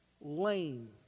Lame